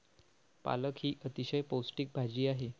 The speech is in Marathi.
पालक ही अतिशय पौष्टिक भाजी आहे